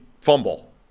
fumble